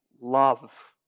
Love